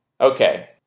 okay